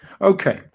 Okay